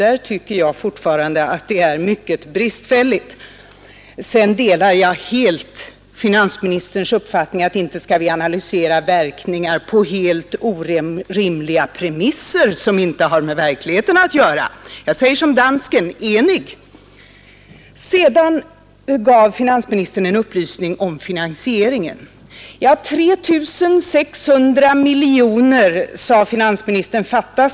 Här tycker jag fortfarande att det hela är mycket bristfälligt. Jag delar helt finansministerns uppfattning om att vi inte skall analysera verkningarna på helt orimliga premisser som inte har med verkligheten att göra. Jag säger som dansken: Enig! Finansministern gav en upplysning om finansieringen. 3 600 miljoner kronor fattas, sade finansministern.